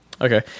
Okay